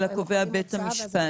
אלא קובע בית המשפט.